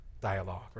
dialogue